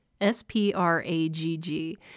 S-P-R-A-G-G